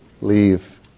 leave